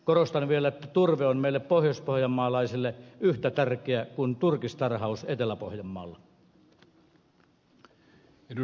korostan vielä että turve on meille pohjoispohjanmaalaisille yhtä tärkeä kuin turkistarhaus etelä pohjanmaalla